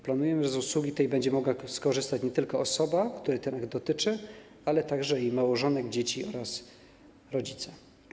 Planujemy, że z usługi tej będzie mogła skorzystać nie tylko osoba, której akt dotyczy, ale także jej małżonek, dzieci oraz rodzice.